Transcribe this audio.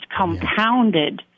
compounded